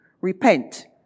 Repent